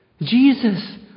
Jesus